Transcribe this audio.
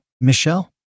Michelle